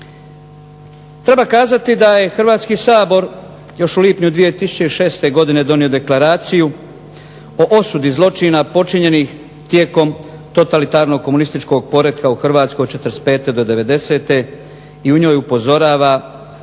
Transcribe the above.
Treba kazati da je Hrvatski sabor još u lipnju 2006. donio deklaraciju o osudi zloćina počinjenih tijekom totalitarnog komunističkog poretka u Hrvatskoj od 1945. do 1990. i u njoj upozorava